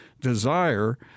desire